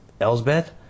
Elsbeth